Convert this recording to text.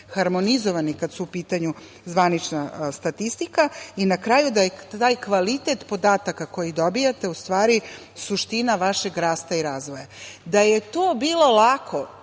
harmonizovani kada je u pitanju zvanična statistika i na kraju, da je kvalitet podataka koji dobijate u stvari suština vašeg rasta i razvoja. Da je to bilo lako,